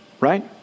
right